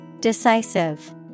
Decisive